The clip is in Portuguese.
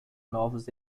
novos